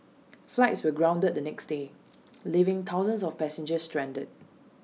flights were grounded the next day leaving thousands of passengers stranded